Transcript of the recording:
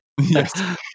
yes